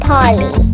Polly